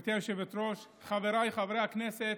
גברתי היושבת-ראש, חבריי חברי הכנסת,